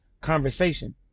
conversation